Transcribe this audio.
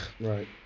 Right